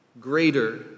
greater